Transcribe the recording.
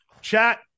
Chat